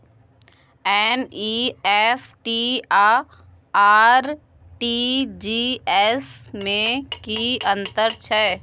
NEFT आ RTGS में की अन्तर छै?